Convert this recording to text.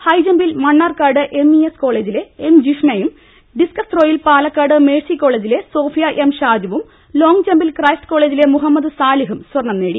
ഹൈജംപിൽ Mannarkkad M E S കോളെജിലെ M ജിഷ്ണയും ഡിസ് ക്കസ്ത്രോയിൽ പാലക്കാട് മേഴ്സി കോളെജിലെ സോഫിയ എം ഷാജുവും ലോംഗ്ജംപിൽ ക്രൈസ്റ്റ് കോളെജിലെ മുഹമ്മദ് സാലിഹും സ്വർണം നേടി